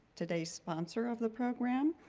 today's sponsor of the program,